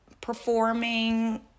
performing